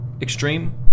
extreme